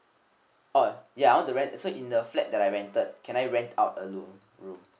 uh ya I want to rent so in the flat that I rented can I rent out a room room